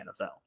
NFL